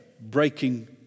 breaking